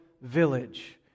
village